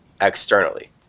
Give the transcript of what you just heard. externally